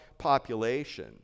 population